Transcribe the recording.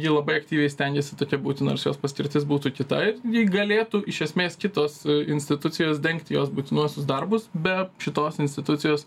ji labai aktyviai stengiasi tokia būti nors jos paskirtis būtų kita ir ji galėtų iš esmės kitos institucijos dengti jos būtinuosius darbus be šitos institucijos